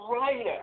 writer